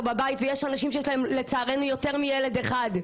בבית ויש אנשים שיש להם לצערנו יותר מילד אחד.